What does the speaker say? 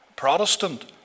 Protestant